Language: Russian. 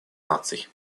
наций